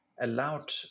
allowed